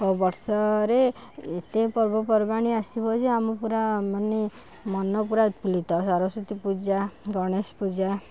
ଓ ବର୍ଷରେ ଏତେ ପର୍ବ ପର୍ବାଣି ଆସିବ ଯେ ଆମେ ପୁରା ମାନେ ମନ ପୁରା ଉତ୍ଫୁଲିତ ସରସ୍ଵତୀ ପୂଜା ଗଣେଶ ପୂଜା